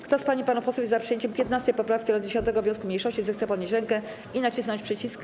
Kto z pań i panów posłów jest za przyjęciem 15. poprawki oraz 10. wniosku mniejszości, zechce podnieść rękę i nacisnąć przycisk.